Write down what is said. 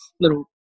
little